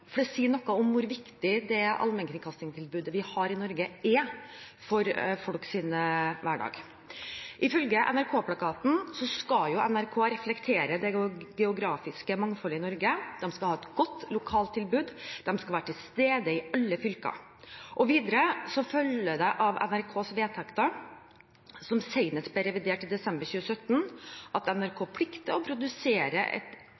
det sier noe om hvor viktig allmennkringkastingstilbudet vi har i Norge, er for folks hverdag. Ifølge NRK-plakaten skal NRK reflektere det geografiske mangfoldet i Norge. De skal ha et godt lokaltilbud, de skal være til stede i alle fylker. Videre følger det av NRKs vedtekter, som senest ble revidert i desember 2017, at NRK plikter å produsere et